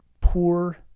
poor